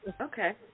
Okay